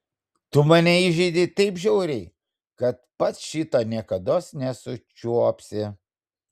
tu mane įžeidei taip žiauriai kad pats šito niekados nesučiuopsi